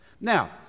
Now